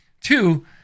Two